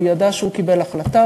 הוא ידע שהוא קיבל החלטה,